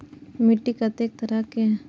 मिट्टी कतेक तरह के?